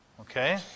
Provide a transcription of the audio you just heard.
Okay